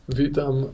witam